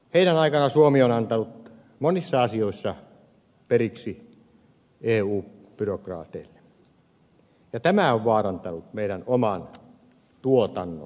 heidän aikanaan suomi on antanut monissa asioissa periksi eu byrokraateille ja tämä on vaarantanut meidän oman tuotantomme maassamme